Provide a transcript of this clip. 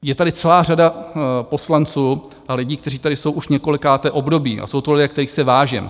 Je tady celá řada poslanců a lidí, kteří tady jsou už několikáté období, a jsou to lidé, kterých si vážím.